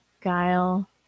guile